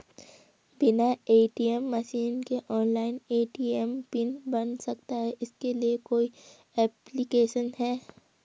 बिना ATM machine के online ATM pin बन सकता है इसके लिए कोई ऐप्लिकेशन है?